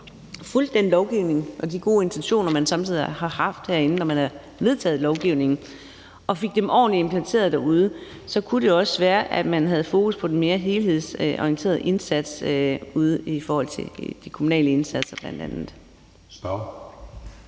fulgte den lovgivning og de gode intentioner, man somme tider har haft herinde, når man har vedtaget lovgivning, og fik dem ordentligt implementeret derude, kunne det også være, at man havde fokus på den mere helhedsorienterede indsats i forhold til bl.a. de kommunale indsatser. Kl.